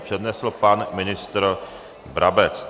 Přednesl pan ministr Brabec.